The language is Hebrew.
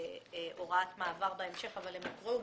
הוראת מעבר בהמשך אבל הם הוקראו.